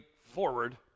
forward